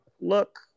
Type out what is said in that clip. look